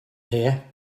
here